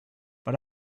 but